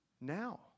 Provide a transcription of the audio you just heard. now